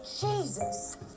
Jesus